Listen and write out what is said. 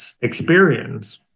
experience